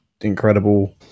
incredible